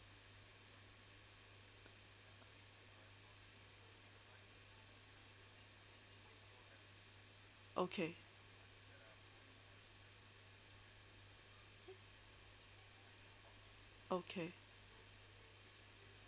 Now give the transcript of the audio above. okay okay